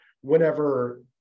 whenever